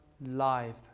life